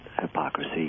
hypocrisy